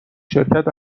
شرکت